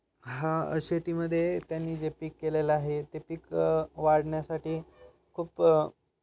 हा शेतीमध्ये त्यांनी जे पीक केलेला आहे ते पीक वाढण्यासाठी खूप